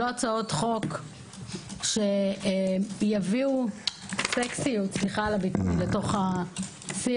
לא הצעות חוק שיביאו סקסיות - סליחה על הביטוי לתוך השיח.